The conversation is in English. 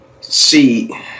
see